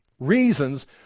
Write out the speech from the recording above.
reasons